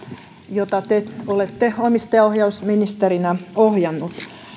jota te te olette omistajaohjausministerinä ohjannut